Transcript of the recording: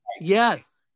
Yes